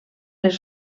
les